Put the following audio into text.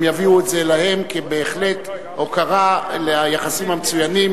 הם יביאו את זה להם בהחלט כהוקרה ליחסים המצוינים